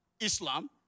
Islam